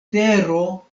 tero